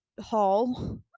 hall